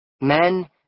Men